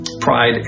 pride